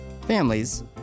families